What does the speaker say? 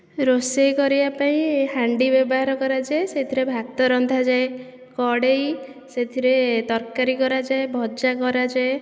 ରୋଷେଇ କରିବା ପାଇଁ ହାଣ୍ଡି ବ୍ୟବହାର କରାଯାଏ ସେଥିରେ ଭାତ ରନ୍ଧାଯାଏ କଡ଼େଇ ସେଥିରେ ତରକାରୀ କରାଯାଏ ଭଜା କରାଯାଏ